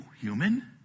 human